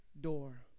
door